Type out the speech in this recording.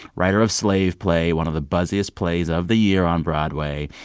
writer of slave play one of the buzziest plays of the year on broadway.